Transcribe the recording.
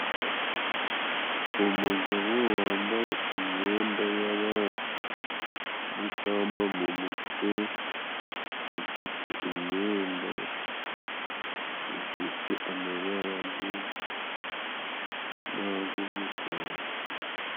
Umugabo wambaye imyenda y'abami n'ikamba mu mutwe, ufite imyenda ifite amabara y'umweru n'ay'umukara.